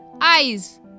eyes